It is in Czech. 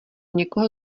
někoho